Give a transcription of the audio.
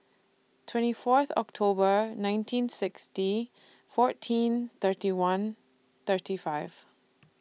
twenty Fourth October nineteen sixty fourteen thirty one thirty five